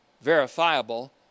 verifiable